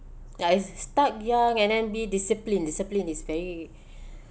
ya is start young and then be disciplined disciplined is very